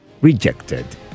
rejected